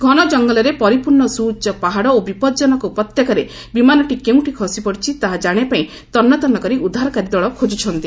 ଘନ ଜଙ୍ଗଲରେ ପରିପୂର୍ଣ୍ଣ ସୁଉଚ୍ଚ ପାହାଡ ଓ ବିପଦଜନକ ଉପତ୍ୟକାରେ ବିମାନଟି କେଉଁଠି ଖସିପଡିଛି ତାହା ଜାଣିବା ପାଇଁ ତନ୍ନତନ୍ନ କରି ଉଦ୍ଧାରକାରୀ ଦଳ ଖୋଜ୍ରୁଛନ୍ତି